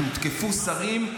שהותקפו שרים,